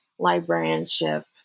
librarianship